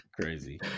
crazy